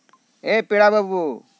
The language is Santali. ᱮ ᱯᱮᱲᱟ ᱵᱟᱹᱵᱩ